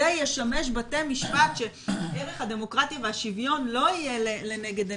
זה ישמש בתי משפט שערך הדמוקרטיה והשוויון לא יהיה לנגד עיניהם.